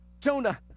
Jonah